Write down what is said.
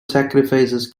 sacrifices